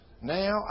Now